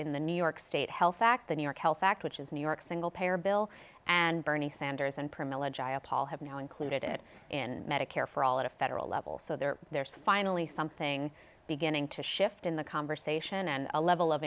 in the new york state health act the new york health act which is new york single payer bill and bernie sanders and privilege i appall have now included it in medicare for all at a federal level so there there's finally something beginning to shift in the conversation and a level of